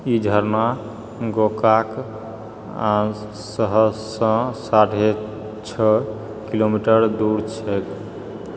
ई झरना गोकाक शहरसँ साढ़े छओ किलोमीटर दूर छैक